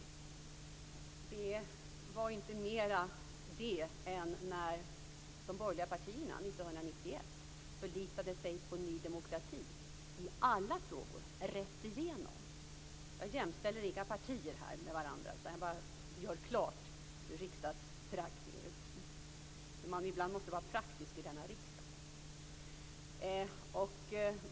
Det var inte mer anmärkningsvärt än när de borgerliga partierna 1991 förlitade sig på Ny demokrati i alla frågor rätt igenom. Jag jämställer inga partier med varandra här. Jag gör bara klart att man ibland måste vara praktisk här i riksdagen.